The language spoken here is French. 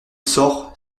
sort